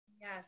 yes